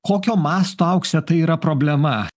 kokio masto aukse tai yra problema